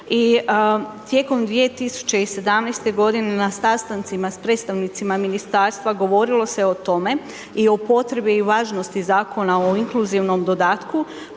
tijekom 2017. g. na sastancima sa predstavnicima ministarstva, govorilo se o tome i o potrebi važnosti Zakona o inkluzivnom dodatku